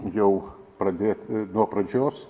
jau pradėt nuo pradžios